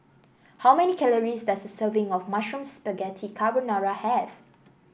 how many calories does a serving of Mushroom Spaghetti Carbonara have